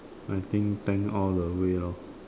I think thank all the way lor